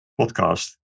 podcast